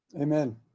Amen